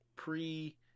Pre